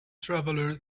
travelers